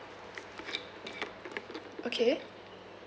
okay